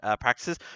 practices